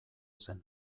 zen